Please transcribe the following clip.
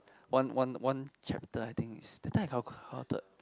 one one one chapter I think is that time I count counted